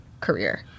career